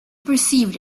perceived